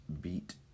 beat